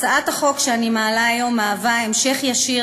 הצעת החוק שאני מעלה היום מהווה המשך ישיר